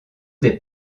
des